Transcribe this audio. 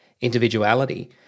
individuality